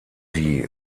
die